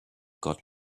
got